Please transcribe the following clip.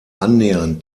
annähernd